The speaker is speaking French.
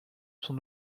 son